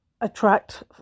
attract